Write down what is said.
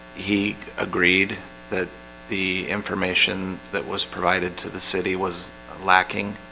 he agreed that the information that was provided to the city was lacking